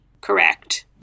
correct